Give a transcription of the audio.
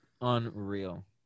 unreal